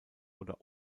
oder